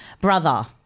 brother